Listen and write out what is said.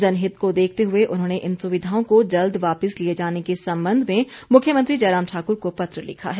जनहित को देखते हुए उन्होंने इन सुविधाओं को जल्द वापिस लिए जाने के संबंध में मुख्यमंत्री जयराम ठाक्र को पत्र लिखा है